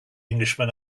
englishman